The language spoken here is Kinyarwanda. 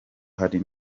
hari